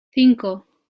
cinco